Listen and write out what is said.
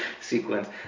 sequence